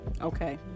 Okay